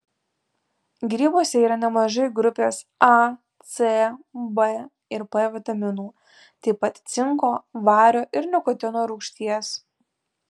grybuose yra nemažai grupės a c b ir p vitaminų taip pat cinko vario ir nikotino rūgšties